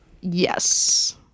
yes